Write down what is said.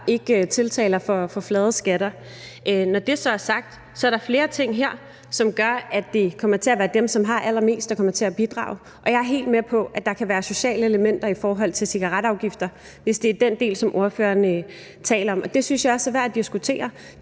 ikke fortalere for flade skatter. Når det så er sagt, er der flere ting her, som gør, at det kommer til at være dem, som har allermest, der kommer til at bidrage. Og jeg er helt med på, at der kan være sociale elementer i forhold til cigaretafgifter, hvis det er den del, som ordføreren taler om, og det synes jeg også er værd at diskutere,